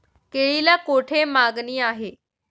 केळीला कोठे मागणी आहे?